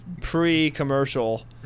pre-commercial